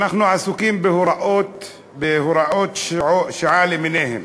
אנחנו עסוקים בהוראות שעה למיניהן.